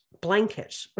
blanket